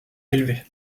élevé